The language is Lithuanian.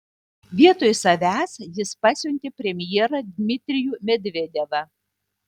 vietoj savęs jis pasiuntė premjerą dmitrijų medvedevą